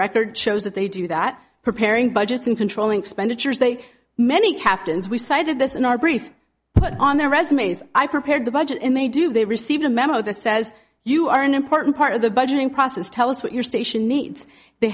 record shows that they do that preparing budgets and controlling expenditures they many captains we cited this in our brief on their resumes i prepared the budget and they do they received a memo that says you are an important part of the budgeting process tell us what your station needs they